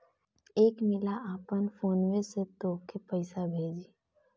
एक मिला आपन फोन्वे से तोके पइसा भेजी